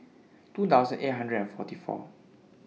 two thousand eight hundred and forty four